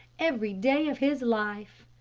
every day of his life.